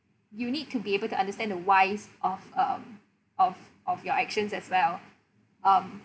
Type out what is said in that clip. you need to be able to understand the whys of um of of your actions as well um